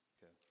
Okay